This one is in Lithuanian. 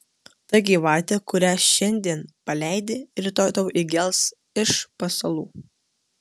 ta gyvatė kurią šiandien paleidi rytoj tau įgels iš pasalų